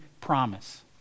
promise